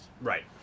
right